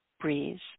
breeze